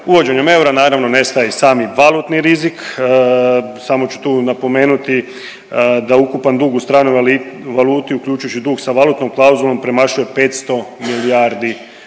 uvođenjem eura naravno, nestaje i sami valutni rizik. Samo ću tu napomenuti da ukupan dug u stranoj valuti, uključujući dug sa valutnom klauzulom premašuje 500 milijardi